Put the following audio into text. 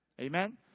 Amen